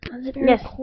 yes